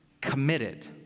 committed